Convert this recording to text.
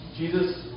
Jesus